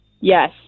Yes